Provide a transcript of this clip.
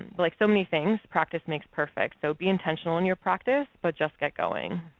but like so many things, practice makes perfect, so be intentional in your practice, but just get going.